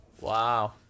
Wow